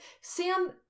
Sam